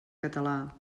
català